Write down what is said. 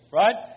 right